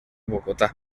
bogotá